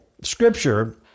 Scripture